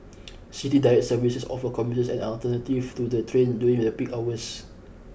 city Direct services offer commuters an alternative to the train during the peak hours